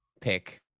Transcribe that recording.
pick